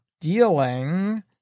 dealing